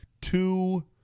two